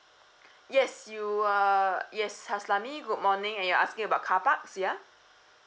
yes you are yes haslami good morning and you're asking about carparks yeah